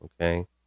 Okay